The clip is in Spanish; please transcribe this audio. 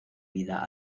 vida